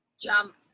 Jump